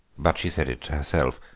but she said it to herself.